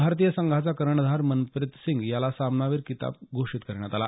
भारतीय संघाचा कर्णधार मनप्रित सिंग याला सामानावीर किताब घोषित करण्यात आला